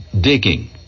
digging